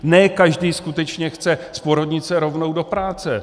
Ne každý skutečně chce z porodnice rovnou do práce.